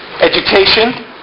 Education